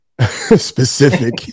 specific